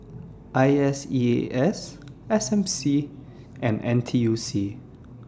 I S E A S S M C and N T U C